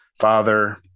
father